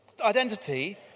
identity